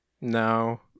No